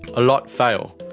a lot fail,